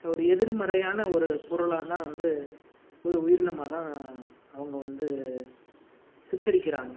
ஒரு எதிர்மறையான ஒரு பொருளாக தான் வந்து ஒரு உயிரினமாகதான் அவங்க வந்து சித்தரிக்கிறாங்க